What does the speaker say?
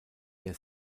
der